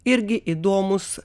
irgi įdomūs